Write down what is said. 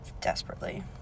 desperately